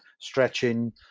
stretching